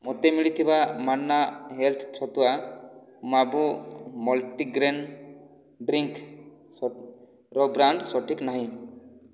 ମୋତେ ମିଳିଥିବା ମାନ୍ନା ହେଲ୍ଥ ଛତୁଆ ମାଭୂ ମଲ୍ଟିଗ୍ରେନ୍ ଡ୍ରିଙ୍କ୍ସର ବ୍ରାଣ୍ଡ୍ ସଠିକ୍ ନାହିଁ